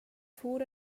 food